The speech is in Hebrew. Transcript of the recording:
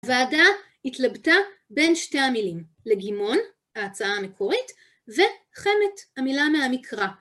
הועדה התלבטה בין שתי המילים, לגימון, ההצעה המקורית, וחמת, המילה מהמקרא.